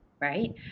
Right